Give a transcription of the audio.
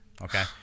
Okay